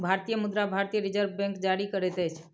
भारतीय मुद्रा भारतीय रिज़र्व बैंक जारी करैत अछि